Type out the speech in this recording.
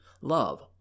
love